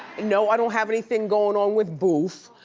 no, i don't have anything goin' on with boof.